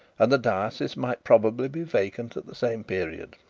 and the diocese might probably be vacant at the same period.